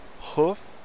hoof